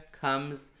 comes